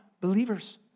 believers